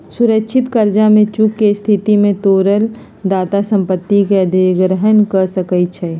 सुरक्षित करजा में चूक के स्थिति में तोरण दाता संपत्ति के अधिग्रहण कऽ सकै छइ